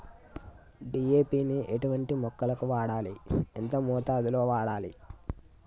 DAP ని ఎటువంటి మొక్కలకు వాడాలి? ఎంత మోతాదులో వాడాలి?